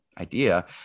idea